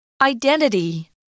Identity